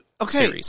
okay